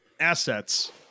assets